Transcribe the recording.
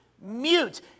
Mute